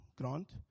Grant